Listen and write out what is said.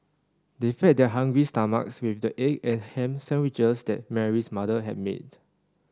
they fed their hungry stomachs with the egg and ham sandwiches that Mary's mother had made